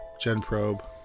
GenProbe